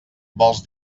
vols